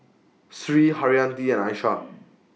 Sri Haryati and Aishah